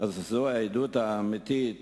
זאת העדות האמיתית